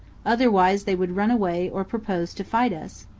otherwise they would run away or propose to fight us,